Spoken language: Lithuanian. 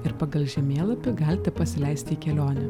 ir pagal žemėlapį galite pasileisti į kelionę